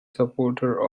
supporter